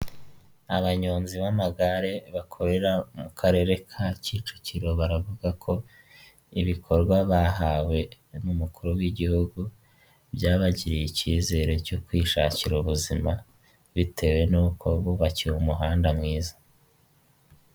Abanyonzi b'amagare bakorera mu karere ka Kicukiro, baravuga ko ibikorwa bahawe n'umukuru w'igihugu, byabagiriye ikizere cyo kwishakira ubuzima, bitewe n'uko bubakiye umuhanda mwiza.